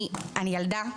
אני ילדה,